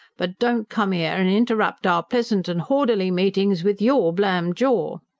but don't come ere and interrupt our pleasant and h'orderly meetings with your blamed jaw.